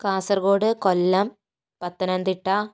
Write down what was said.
Kasaragod Kollam Pathanamthitta